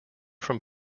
from